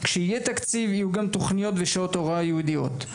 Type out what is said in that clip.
כשיהיה תקציב יהיו גם תכניות ושעות הוראה ייעודיות.